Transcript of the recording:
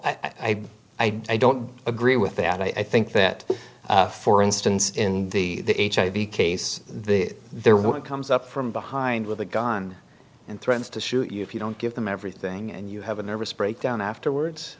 i've i don't agree with that i think that for instance in the hiv case the there when it comes up from behind with a gun and threatens to shoot you if you don't give them everything and you have a nervous breakdown afterwards